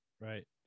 right